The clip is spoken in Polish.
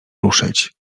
ruszyć